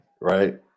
right